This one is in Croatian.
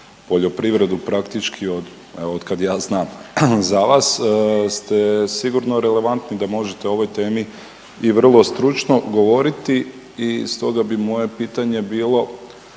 poljoprivredu, praktički otkad ja znam za vas, ste sigurno relevantni da možete o ovoj temi i vrlo stručno govoriti i stoga mi moje pitanje bilo,